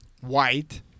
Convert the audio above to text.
white